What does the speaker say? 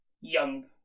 young